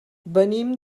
venim